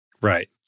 Right